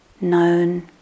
known